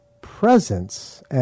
presence